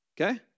Okay